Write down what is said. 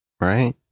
Right